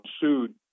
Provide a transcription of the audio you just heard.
sued